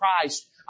Christ